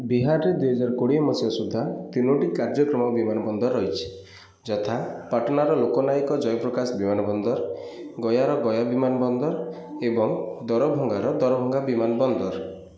ବିହାରରେ ଦୁଇହଜାର କୋଡ଼ିଏ ମସିହା ସୁଦ୍ଧା ତିନୋଟି କାର୍ଯ୍ୟକ୍ଷମ ବିମାନ ବନ୍ଦର ରହିଛି ଯଥା ପାଟନାର ଲୋକନାୟକ ଜୟପ୍ରକାଶ ବିମାନ ବନ୍ଦର ଗୟାର ଗୟା ବିମାନ ବନ୍ଦର ଏବଂ ଦରଭଙ୍ଗାର ଦରଭଙ୍ଗା ବିମାନ ବନ୍ଦର